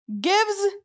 gives